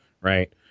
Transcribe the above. Right